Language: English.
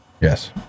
Yes